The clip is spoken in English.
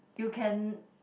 you can